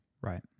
Right